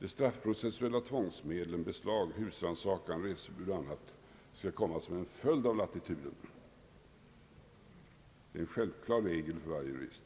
De straffprocessuella tvångsmedlen beslag, husrannsakan, reseförbud m.m. skall komma som en följd av latituden; det är en självklar regel för varje jurist.